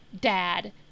dad